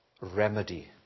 remedy